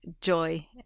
joy